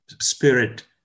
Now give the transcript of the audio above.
spirit